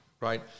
right